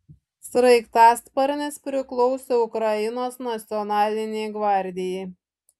sraigtasparnis priklausė ukrainos nacionalinei gvardijai